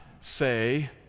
say